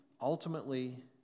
ultimately